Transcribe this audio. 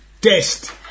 Test